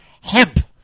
hemp